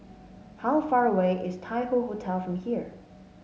how far away is Tai Hoe Hotel from here